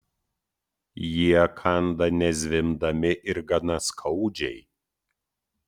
jie kanda nezvimbdami ir gana skaudžiai